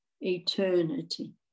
eternity